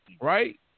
Right